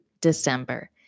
December